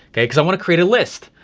okay, cause i wanna create a list.